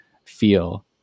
feel